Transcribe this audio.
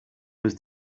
was